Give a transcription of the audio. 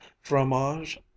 fromage